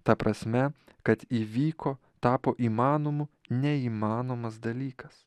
ta prasme kad įvyko tapo įmanomu neįmanomas dalykas